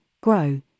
grow